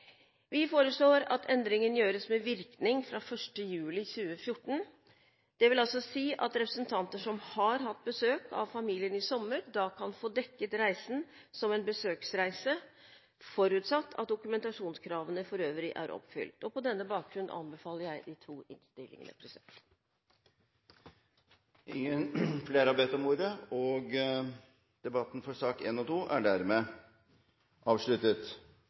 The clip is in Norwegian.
Vi foreslår at endringen gjøres med virkning fra 1. juli 2014. Det vil altså si at representanter som har hatt besøk av familien i sommer, da kan få dekket reisen som en besøksreise, forutsatt at dokumentasjonskravene for øvrig er oppfylt. På denne bakgrunn anbefaler jeg de to innstillingene. Flere har ikke bedt om ordet til sakene nr. 1 og